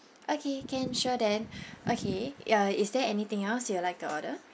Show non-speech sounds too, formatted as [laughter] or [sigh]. okay can sure then [breath] okay ya is there anything else you'd like to order